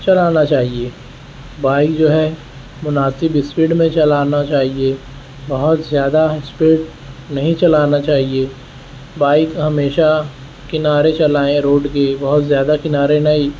چلانا چاہئے بائک جو ہے مناسب اسپیڈ میں چلانا چاہئے بہت زیادہ اسپیڈ نہیں چلانا چاہئے بائک ہمیشہ کنارے چلائیں روڈ کے بہت زیادہ کنارے نہیں